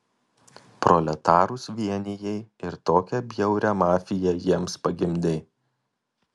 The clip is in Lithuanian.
proletarus vienijai ir tokią bjaurią mafiją jiems pagimdei